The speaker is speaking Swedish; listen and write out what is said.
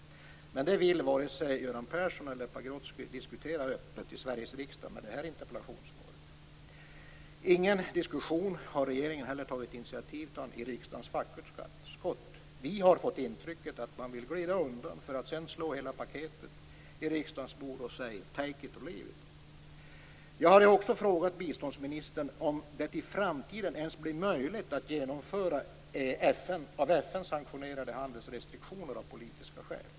Men det vill varken Göran Persson eller Leif Pagrotsky diskutera öppet i Sveriges riksdag med det här interpellationssvaret. Regeringen har inte heller tagit initiativ till någon diskussion i riksdagens fackutskott. Vi har fått det intrycket att man vill glida undan för att sedan slå hela paketet i riksdagen bord och säga: Take it, or leave it! Jag hade också frågat biståndsministern om det i framtiden ens blir möjligt att genomföra av FN sanktionerade handelsrestriktioner av politiska skäl.